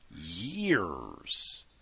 years